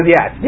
Yes